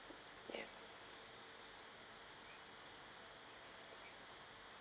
ya